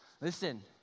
listen